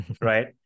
right